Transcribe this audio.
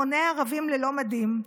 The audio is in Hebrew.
המוני ערבים ללא מדים,